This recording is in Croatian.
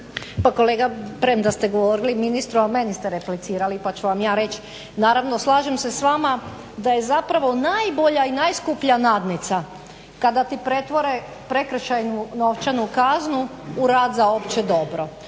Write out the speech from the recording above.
Pa kolega premda ste govorili ministru ali meni ste replicirali pa ću vam ja reći. Naravno slažem se s vama da je zapravo najbolja i najskuplja nadnica kada ti pretvore prekršajnu novčanu kaznu u rad za opće dobro.